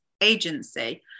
agency